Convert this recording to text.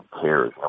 cares